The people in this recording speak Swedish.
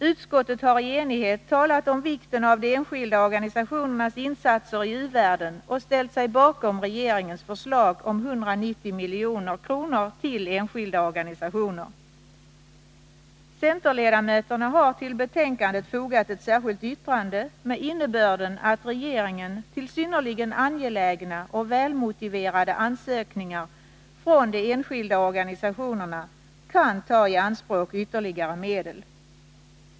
Utskottet har i enighet talat om vikten av de enskilda organisationernas insatser i u-världen och ställt sig bakom regeringens förslag om 190 milj.kr. till enskilda organisationer. Centerledamöterna har till betänkandet fogat ett särskilt yttrande, med innebörden att regeringen till synnerligen angelägna och välmotiverade ansökningar från de enskilda organisationerna kan ta i anspråk ytterligare medel.